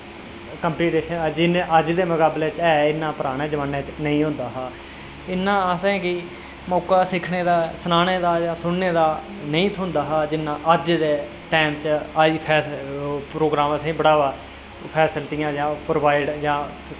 competition अज्ज दे मकाबले च है इन्ना पराने जमानै च नेईं होंदा हा इन्ना असेंगी मौका सिक्खने दा सुनने दा जां सनाने दा नेईं थ्होंदा हा जिन्ना अज्ज दै टैम च अज्ज प्रोग्राम असेंगी बढ़ावा फैसलिटियां जेह्ड़ियां प्रोवाइड़ जां